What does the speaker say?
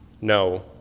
No